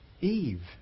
Eve